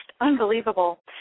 unbelievable